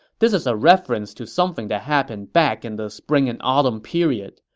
this is a reference to something that happened back in the spring and autumn period.